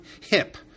hip